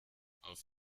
auf